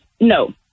no